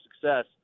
success